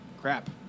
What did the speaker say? Crap